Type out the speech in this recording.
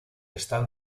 están